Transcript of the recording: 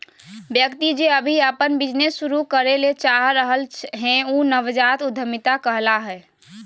व्यक्ति जे अभी अपन बिजनेस शुरू करे ले चाह रहलय हें उ नवजात उद्यमिता कहला हय